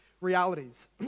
realities